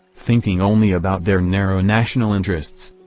thinking only about their narrow national interests,